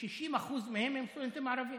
כ-60% מהם הם סטודנטים ערבים.